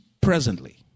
presently